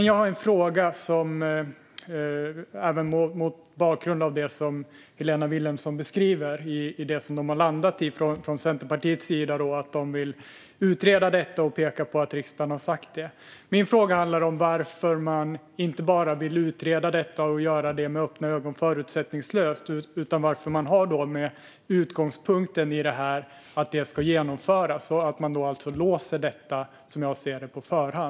Jag har en fråga mot bakgrund av det som Helena Vilhelmsson beskriver när det gäller det man har landat i från Centerpartiets sida - man vill utreda detta och pekar på att riksdagen har sagt det. Min fråga handlar om varför man inte bara vill utreda detta med öppna ögon och förutsättningslöst utan har som utgångspunkt att det här ska genomföras och alltså låser det på förhand, som jag ser det.